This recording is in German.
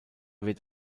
wird